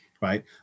Right